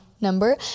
Number